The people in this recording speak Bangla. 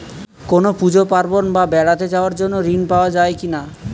কোনো পুজো পার্বণ বা বেড়াতে যাওয়ার জন্য ঋণ পাওয়া যায় কিনা?